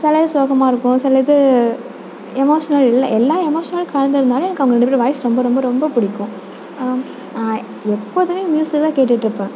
சில இது சோகமாக இருக்கும் சில இது எமோஷ்னல் இல்லை எல்லா எமோஷ்னல் கலந்து இருந்தாலும் எனக்கு அவங்க ரெண்டு பேர் வாய்ஸ் ரொம்ப ரொம்ப ரொம்ப பிடிக்கும் எப்போதுமே மியூசிக் தான் கேட்டுட்ருப்பேன்